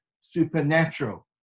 supernatural